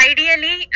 Ideally